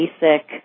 basic